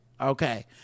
okay